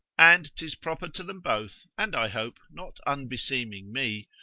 and tis proper to them both, and i hope not unbeseeming me,